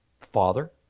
Father